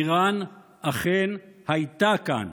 איראן אכן הייתה כאן